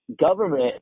government